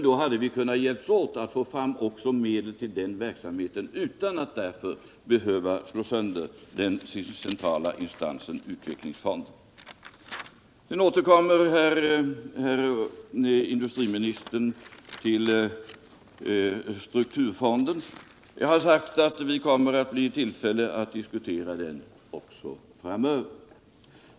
Då hade vi kunnat hjälpas åt att få fram medel till verksamheten utan att behöva slå sönder den centrala instansen, utvecklingsfonden. Så återkommer industriministern till strukturfonden. Jag har sagt att vi kommer att få tillfälle att diskutera den framöver.